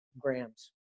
grams